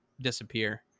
disappear